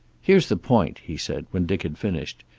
here's the point, he said, when dick had finished.